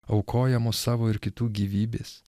aukojamos savo ir kitų gyvybės